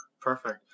perfect